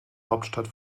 hauptstadt